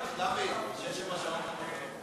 דוד, שש-שבע שעות אתה לא פה.